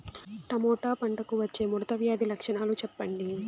Tomato పంటకు వచ్చే ముడత వ్యాధి లక్షణాలు చెప్పండి?